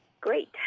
Great